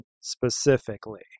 specifically